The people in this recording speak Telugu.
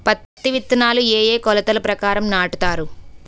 పత్తి విత్తనాలు ఏ ఏ కొలతల ప్రకారం నాటుతారు?